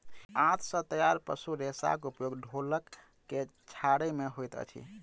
आंत सॅ तैयार पशु रेशाक उपयोग ढोलक के छाड़य मे होइत अछि